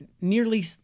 nearly